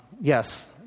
yes